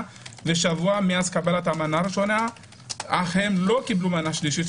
ושבוע מאז קבלת המנה הראשונה אך לא קיבלו מנה שלישית,